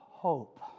Hope